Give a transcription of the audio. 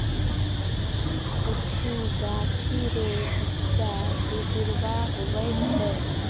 कुछु गाछी रो बिच्चा दुजुड़वा हुवै छै